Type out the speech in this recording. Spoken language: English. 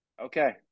Okay